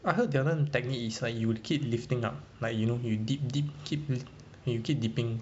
I heard the other technique is like you keep lifting up like you know you dip dip keep li~ you keep dipping